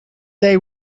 they